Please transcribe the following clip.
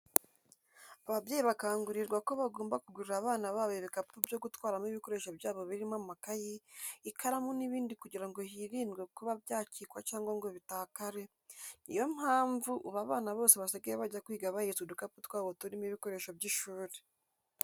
Ababyeyi bakangurirwa ko bagomba kugurira abana babo ibikapu byo gutwaramo ibikoresho byabo birimo amakayi, ikaramu n'ibindi kugira ngo hirindwe kuba byacika cyangwa ngo bitakare, ni yo mpamvu ubu abana bose basigaye bajya kwiga bahetse udukapu twabo turimo ibikoresho by'ishuri.